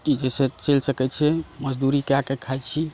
जाहिसँ चलि सकै छै मजदुरी कए कऽ खाइ छी